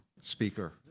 speaker